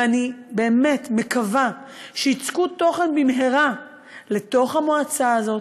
ואני באמת מקווה שייצקו תוכן במהרה לתוך המועצה הזאת,